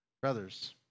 Brothers